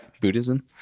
Buddhism